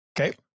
Okay